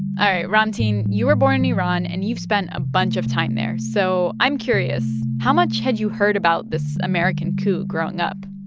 all right, ramtin. you were born in iran, and you've spent a bunch of time there, so i'm curious. how much had you heard about this american coup growing up?